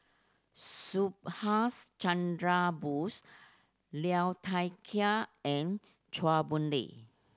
Subhas Chandra Bose Liu Thai Ker and Chua Boon Lay